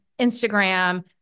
Instagram